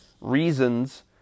reasons